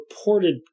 reported